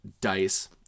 dice